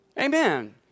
Amen